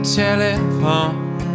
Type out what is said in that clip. telephone